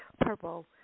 purple